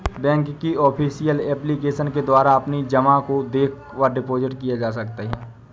bank की official application के द्वारा अपनी जमा को देखा व डिपॉजिट किए जा सकते हैं